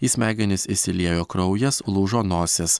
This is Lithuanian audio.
į smegenis išsiliejo kraujas lūžo nosis